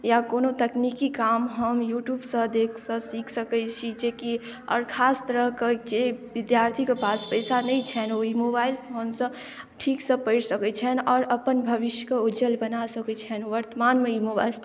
या कोनो तकनीकी काम हम यूट्यूब सँ देख सकै छी सीख सकै छी जेकि आओर खास तरह कऽ जे विद्यार्थीकेँ पास पैसा नहि छनि ओहि मोबाइल फ़ोन सँ ठीकसँ पढ़ि सकै छनि आओर अपन भविष्य के उज्ज्वल बना सकै छनि वर्तमान मे ई मोबाइल